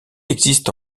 existe